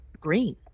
green